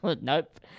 Nope